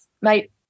mate